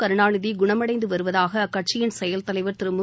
கருணாநிதி குணமடைந்து வருவதாக அக்கட்சியின் செயல் தலைவர் திரு மு